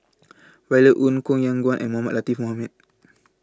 Violet Oon Koh Yong Guan and Mohamed Latiff Mohamed